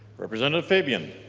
representative fabian